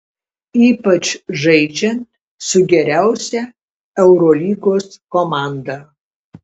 ypač žaidžiant su geriausia eurolygos komanda